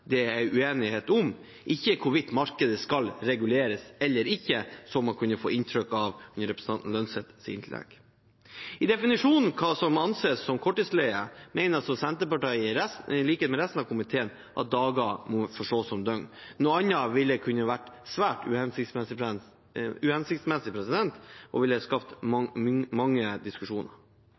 det er uenighet om, ikke hvorvidt markedet skal reguleres eller ikke, som man kunne få inntrykk av i representanten Holm Lønseths innlegg. I definisjonen av hva som anses som korttidsleie, mener Senterpartiet, i likhet med resten av komiteen, at dager må forstås som døgn, noe annet vil være svært uhensiktsmessig